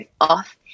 off